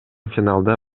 финалда